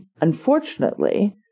Unfortunately